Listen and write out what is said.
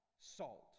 salt